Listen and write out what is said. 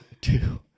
two